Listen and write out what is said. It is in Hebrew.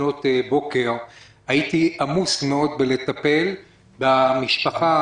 הייתי עמוס מאוד בטיפול במשפחה,